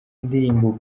indirimbo